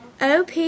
OP